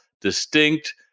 distinct